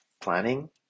Planning